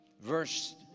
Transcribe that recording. verse